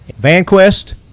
VanQuest